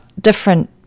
different